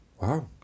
Wow